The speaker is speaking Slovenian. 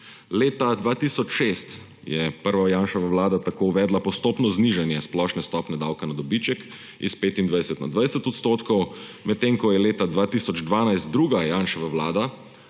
Leta 2006 je prva Janševa vlada tako uvedla postopno znižanje splošne stopnje davka na dobiček s 25 na 20 %, medtem ko je leta 2012 druga Janševa vlada